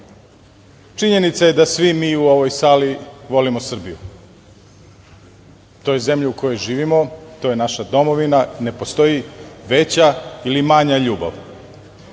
Činjenica je da svi mi u ovoj sali volimo Srbiju. To je zemlja u kojoj živimo, to je naša domovina i ne postoji veća ili manja ljubav,